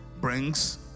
brings